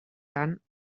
tant